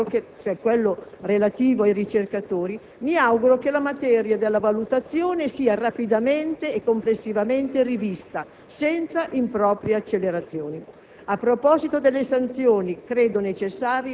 A proposito di questo primo provvedimento (cioè quello relativo ai ricercatori), mi auguro che la materia della valutazione sia rapidamente e complessivamente rivista, senza improprie accelerazioni.